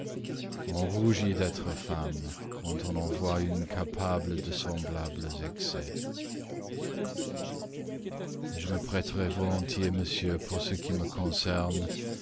on rougit d'être femme quand on en voit une capable de semblables excès je me prêterai volontiers monsieur pour ce qui me concerne